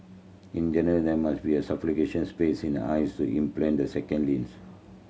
in general there must be a space in the eyes to implant the second lens